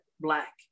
Black